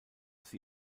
sie